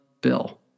Bill